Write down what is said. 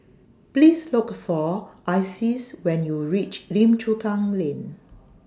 Please Look For Isis when YOU REACH Lim Chu Kang Lane